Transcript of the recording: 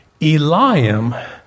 Eliam